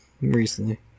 recently